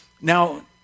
now